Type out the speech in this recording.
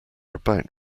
about